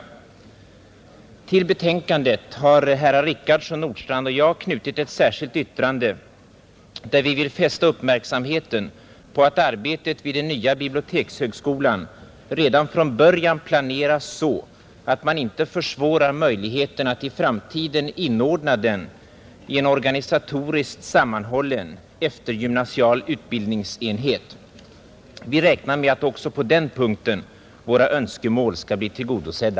Till betänkandet har herrar Richardson och Nordstrandh och jag skrivit ett särskilt yttrande, där vi vill fästa uppmärksamheten på att arbetet vid den nya bibliotekshögskolan redan från början planeras så att man inte försvårar möjligheten att i framtiden inordna den i en organisatoriskt sammanhållen eftergymnasial utbildningsenhet. Vi räknar med att också på den punkten våra önskemål skall bli tillgodosedda,